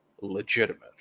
legitimate